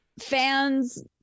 fans